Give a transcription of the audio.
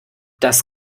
das